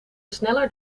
sneller